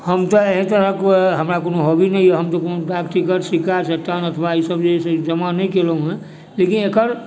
हम तऽ एहि तरहके हमरा कोनो हॉबी नहि यऽ हम तऽ कोनो डाक टिकट सिक्का अथवा ई सब जे अछि जमा नहि कयलहुँ हँ लेकिन एकर